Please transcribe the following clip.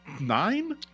nine